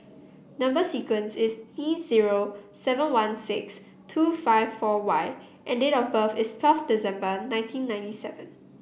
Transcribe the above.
number sequence is T zero seven one six two five four Y and date of birth is twelfth December nineteen ninety seven